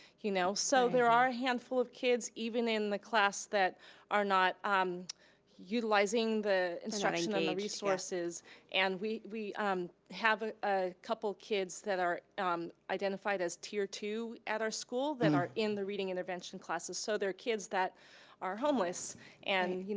you know? so, there are a handful of kids, even in the class, that are not um utilizing the instruction and the resources and we we um have a ah couple kids that are um identified as tier two at our school that are in the reading intervention classes. so they're kids that are homeless and,